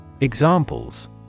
Examples